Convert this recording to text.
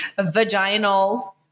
vaginal